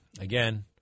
again